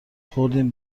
خوردیم